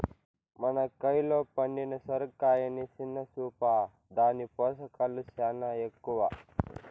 మన కయిలో పండిన సొరకాయని సిన్న సూపా, దాని పోసకాలు సేనా ఎక్కవ